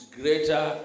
greater